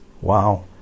Wow